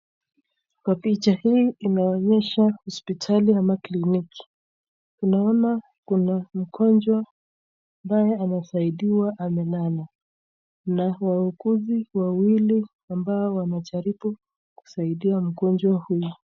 Kwa picha hii inaonyesha hosipitali ama kliniki. Tunaona kuna mgonjwa ambaye anasaidiwa amelala na wauguzi wawili ambao wanajaribu kusaidia mgonjwa huyu.